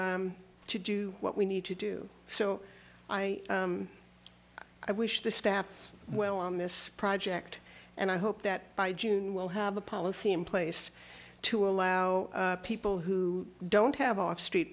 do what we need to do so i i wish the staff well on this project and i hope that by june we'll have a policy in place to allow people who don't have off street